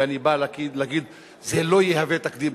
ואני בא להגיד: זה לא יהווה תקדים.